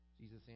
Jesus